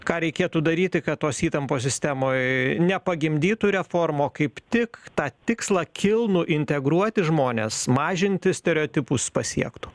ką reikėtų daryti kad tos įtampos sistemoj nepagimdytų reformų kaip tik tą tikslą kilnų integruoti žmones mažinti stereotipus pasiektų